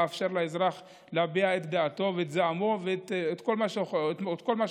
לאפשר לאזרח להביע את דעתו ואת זעמו ואת כל מה שהוא חושב.